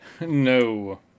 No